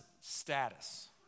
status